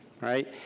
right